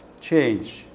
change